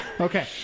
Okay